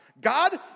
God